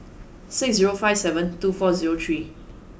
six zero five seven two four zero three